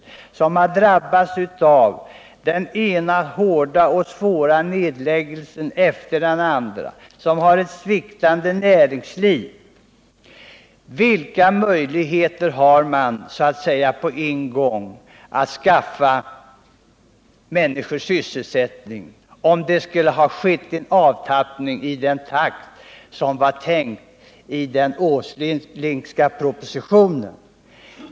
Där har man drabbats av den ena hårda och svåra nedläggningen efter den andra, och näringslivet sviktar. Vilka möjligheter har man att så att säga på en gång skaffa människor sysselsättning om det skulle ske en avtrappning i den takt som var tänkt i den Åslingska propositionen?